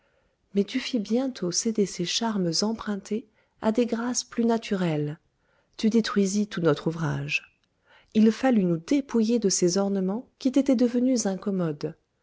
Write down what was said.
mais tu fis bientôt céder ces charmes empruntés à des grâces plus naturelles tu détruisis tout notre ouvrage il fallut nous dépouiller de ces ornements qui t'étoient devenus incommodes